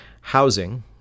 housing